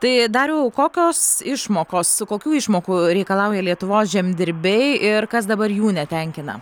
tai dariau kokios išmokos kokių išmokų reikalauja lietuvos žemdirbiai ir kas dabar jų netenkina